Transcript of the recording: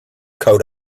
coat